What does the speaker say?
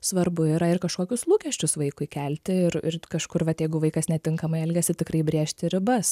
svarbu yra ir kažkokius lūkesčius vaikui kelti ir ir kažkur vat jeigu vaikas netinkamai elgiasi tikrai brėžti ribas